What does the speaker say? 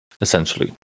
essentially